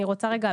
אני רוצה רגע,